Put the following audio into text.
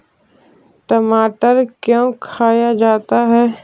टमाटर क्यों खाया जाता है?